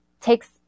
takes –